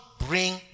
bring